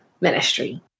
ministry